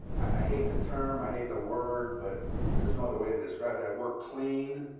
i hate the term. i hate the word. but there's no other way to describe it. i work clean.